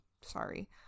sorry